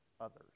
others